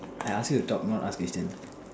I ask you to talk not ask question